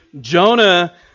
Jonah